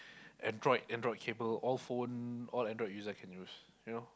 Android Android cable all phone all Android user can use